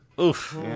Oof